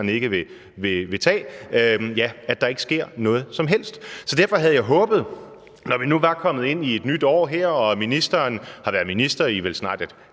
ikke vil foretage, når der ikke sker noget som helst. Derfor havde jeg håbet, når vi nu var kommet ind i et nyt år, og ministeren har været minister i vel snart et